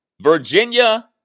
Virginia